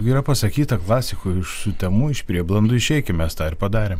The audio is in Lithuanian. yra pasakyta klasikų iš sutemų iš prieblandų išeikim mes tą ir padarėm